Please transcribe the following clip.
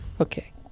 okay